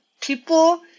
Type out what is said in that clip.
people